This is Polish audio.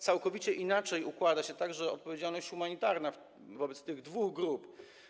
Całkowicie inaczej układa się także odpowiedzialność humanitarna wobec tych dwóch grup.